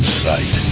sight